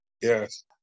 yes